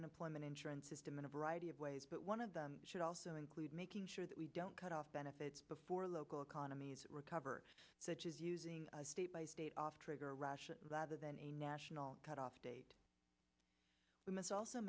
unemployment insurance system in a variety of ways but one of them should also include making sure that we don't cut off benefits before local economies recover such as using state by state off trigger rush rather than a national cutoff date we must also